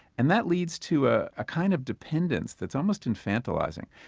and that leads to a ah kind of dependence that is almost infantilizing.